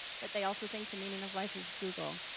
but they also think the meaning of life is google,